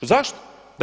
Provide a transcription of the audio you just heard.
Zašto?